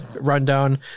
rundown